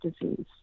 disease